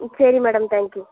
ம் சரி madam thank you